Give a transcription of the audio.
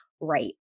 right